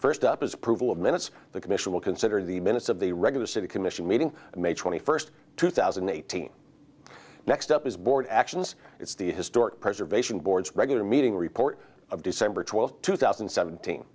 first up as approval of minutes the commission will consider the minutes of the regular city commission meeting may twenty first two thousand and eighteen next up is board actions it's the historic preservation board's regular meeting report of december twelfth two thousand and seventeen